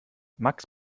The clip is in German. max